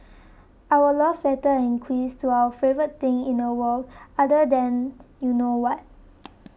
our love letter and quiz to our favourite thing in the world other than you know what